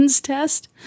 test